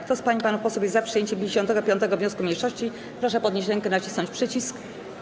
Kto z pań i panów posłów jest za przyjęciem 55. wniosku mniejszości, proszę podnieść rękę i nacisnąć przycisk.